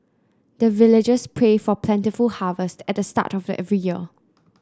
the villagers pray for plentiful harvest at the start of every year